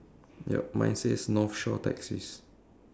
yup mine says north shore taxis